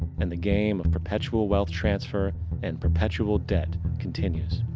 and the game of perpetual wealth transfer and perpetual debt continues.